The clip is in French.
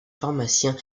pharmacien